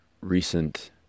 Recent